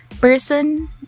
person